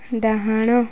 ଡାହାଣ